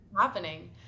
happening